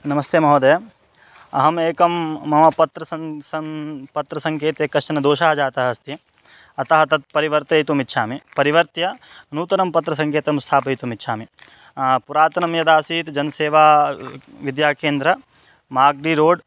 नमस्ते महोदय अहमेकं मम पत्रं पत्रसङ्केते कश्चन दोषः जातः अस्ति अतः तत् परिवर्तयितुम् इच्छामि परिवर्त्य नूतनं पत्रसङ्केतं स्थापयितुम् इच्छामि पुरातनं यदासीत् जन्सेवा विद्याकेन्द्र माग्डी रोड्